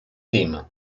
team